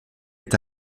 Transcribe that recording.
est